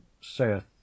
saith